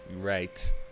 Right